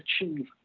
achieve